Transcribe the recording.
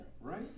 right